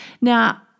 Now